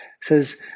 says